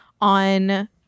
on